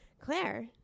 Claire